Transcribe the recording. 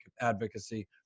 advocacy